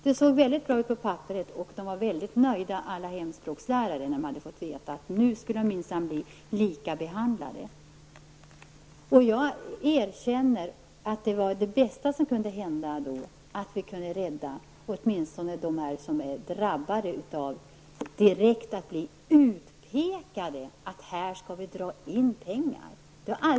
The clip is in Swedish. Det såg väldigt bra ut på papperet, och alla hemspråkslärare var mycket nöjda när de fick veta att de nu minsann skulle bli likabehandlade. Jag erkänner att det var det bästa som då kunde hända att vi åtminstone kunde rädda dem som var direkt utpekade som dem på vilka det skulle göras besparingar.